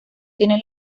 tiene